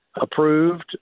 approved